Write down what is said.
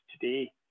today